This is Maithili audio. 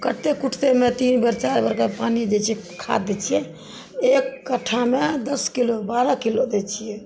कत्ते कूटतै ओहिमे तीन बेर चारि बेर पानि दै छियै खाद दै छियै एक कट्ठामे दस किलो बारह किलो दै छियै